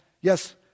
yes